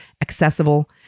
accessible